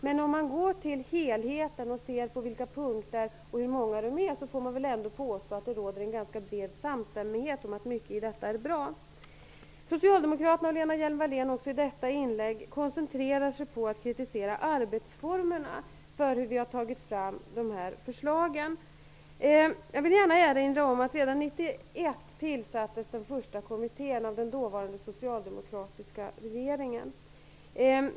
Men om man ser till helheten får man väl ändå påstå att det råder en ganska bred samstämmighet om att mycket i propositionen är bra. Socialdemokraterna liksom Lena Hjelm-Wallén i detta inlägg koncentrerar sig på att kritisera formerna för hur vi har arbetat fram de här förslagen. Jag vill gärna erinra om att den första kommittén tillsattes redan 1991 av den dåvarande socialdemokratiska regeringen.